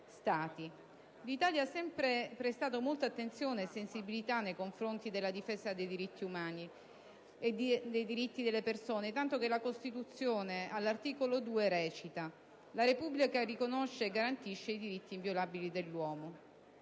L'Italia ha sempre prestato molta attenzione e sensibilità nei confronti della difesa dei diritti umani e dei diritti delle persone, tanto che la Costituzione, all'articolo 2, recita come segue: «La Repubblica riconosce e garantisce i diritti inviolabili dell'uomo».